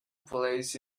plays